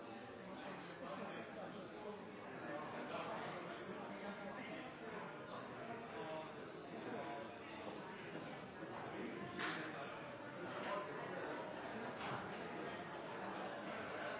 jentene er så